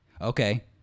Okay